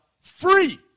free